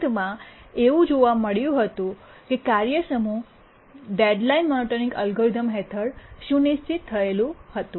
અંતમાં એવું જોવા મળ્યું હતું કે કાર્ય સમૂહ ડેડલાઈન મોનોટોનિક એલ્ગોરિધમ હેઠળ સુનિશ્ચિત થયેલ હતું